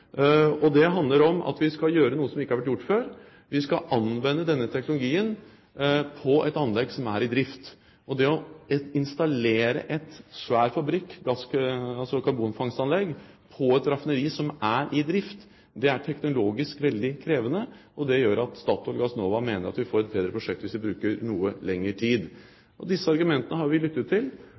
Det handler om at vi skal gjøre noe som ikke har vært gjort før. Vi skal anvende denne teknologien på et anlegg som er i drift, og det å installere en svær fabrikk, et karbonfangstanlegg, på et raffineri som er i drift, er teknologisk veldig krevende, og det gjør at Statoil, Gassnova, mener at vi får et bedre prosjekt hvis vi bruker noe lengre tid. Disse argumentene har vi lyttet til,